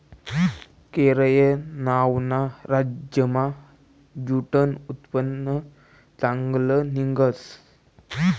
केरय नावना राज्यमा ज्यूटनं उत्पन्न चांगलं निंघस